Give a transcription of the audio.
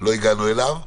לא הגענו אליו.